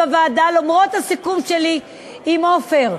למרות הסיכום שלי עם עפר,